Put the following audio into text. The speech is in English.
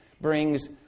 brings